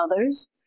others